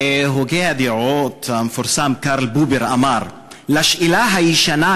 הוגה הדעות המפורסם קרל פופר אמר: "לשאלה הישנה,